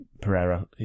Pereira